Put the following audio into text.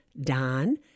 Don